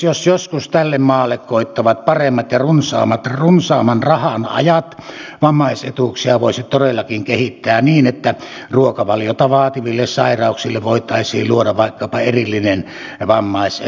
jos joskus tälle maalle koittavat paremmat ja runsaammat ja runsaamman rahan ajat vammaisetuuksia voisi todellakin kehittää niin että ruokavaliota vaativille sairauksille voitaisiin luoda vaikkapa erillinen vammaisetuusluokka